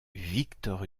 victor